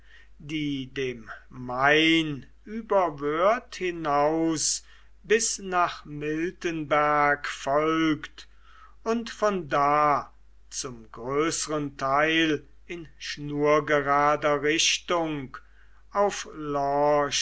die dem main über wörth hinaus bis nach miltenberg folgt und von da zum größeren teil in schnurgerader richtung auf